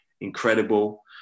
incredible